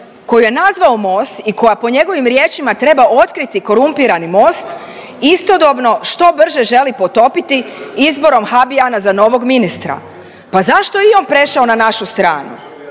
koju je nazvao Most i koja po njegovim riječima treba otkriti korumpirani Most istodobno što brže želi potopiti izborom Habijana za novog ministra. Pa zašto je i on prešao na našu stranu?